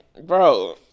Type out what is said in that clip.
bro